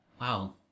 wow